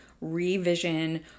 revision